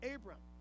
Abram